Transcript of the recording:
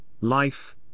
life